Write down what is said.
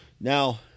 Now